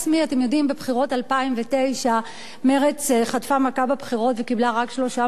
בבחירות 2009 מרצ חטפה מכה בבחירות וקיבלה רק שלושה מנדטים,